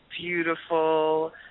beautiful